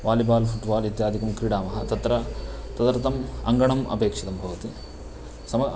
volleyball football इत्यादिकं क्रीडामः तत्र तदर्थम् अङ्गणम् अपेक्षितं भवति सम